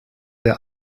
der